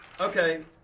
Okay